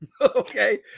okay